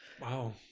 Wow